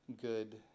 good